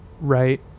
right